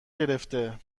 گرفته